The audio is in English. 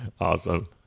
Awesome